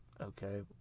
okay